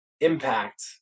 impact